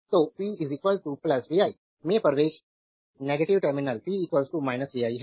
तो p vi current में प्रवेश नेगेटिव टर्मिनल p vi है